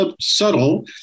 subtle